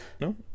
No